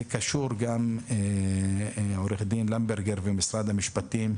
זה קשור גם לעורך דין למברגר ממשרד המשפטים,